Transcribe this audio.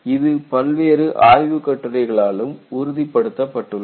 இது பல்வேறு ஆய்வுக்கட்டுரைகளாலும் உறுதிப்படுத்தப்பட்டுள்ளது